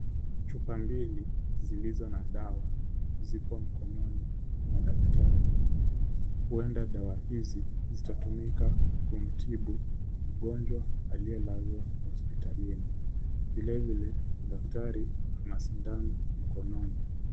Chupa mbili zilizo na dawa zipo mkononi mwa daktari. Huenda dawa hizi zitatumika kumtibu mgonjwa aliyelazwa hospitalini. Vilevile daktari ana sindano mkononi.